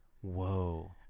Whoa